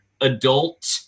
adult